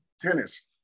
tennis